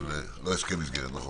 חוק, לא הסכם מסגרת, נכון.